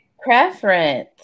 preference